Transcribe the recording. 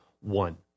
one